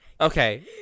okay